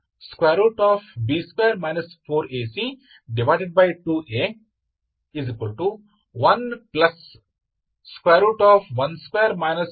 E dydxBB2 4AC2A 112 4